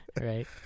Right